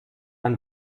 ein